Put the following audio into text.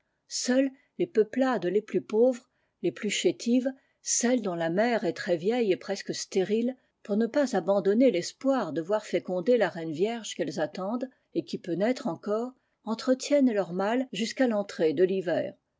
seules les peuplades les plus pauvres les plus ehétives celles dont la mère est très vieille et presque stérile pour ne pas abandonner tespoir de voir féconder la reine vierge qu'elles attendent et qui peut naître encore entretiennent leurs mles jusqu'à l'entrée de thiver